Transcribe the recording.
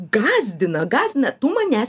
gąsdina gąsdina tu manęs